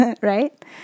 right